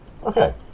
Okay